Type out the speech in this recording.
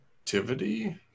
activity